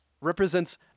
represents